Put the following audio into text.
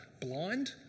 blind